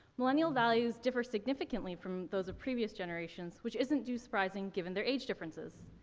millennial values differ significantly from those of previous generations, which isn't too surprising given their age differences.